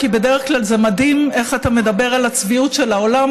כי בדרך כלל זה מדהים איך אתה מדבר על הצביעות של העולם,